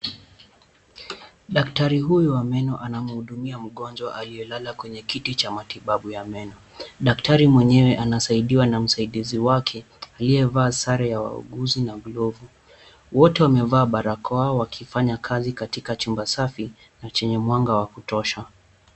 Daktari huyu wa meno anamhudumia mgonjwa aliyelala kwenye kiti cha matibabu ya meno. Daktari mwenyewe anasaidiwa na msaidizi wake aliyevaa sare ya wauguzi na glovu. Wote wamevaa barakoa wakifanya kazi katika chumba safi chenye mwanga wa kutosha.